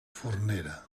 fornera